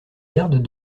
garde